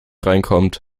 reinkommt